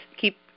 keep